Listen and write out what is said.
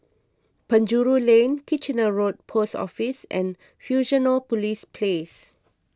Penjuru Lane Kitchener Road Post Office and Fusionopolis Place